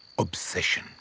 obsession.